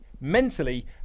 mentally